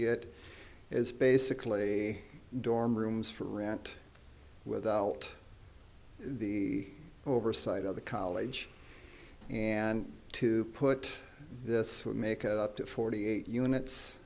see it as basically dorm rooms for rent without the oversight of the college and to put this make it up to forty eight units